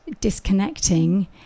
disconnecting